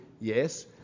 yes